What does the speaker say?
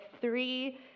three